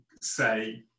say